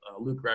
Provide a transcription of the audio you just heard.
Luke